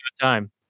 time